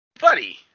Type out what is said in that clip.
Buddy